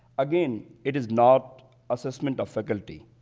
again, it is not assessment of faculty.